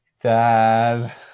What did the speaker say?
dad